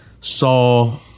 saw